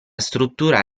struttura